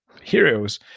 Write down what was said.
heroes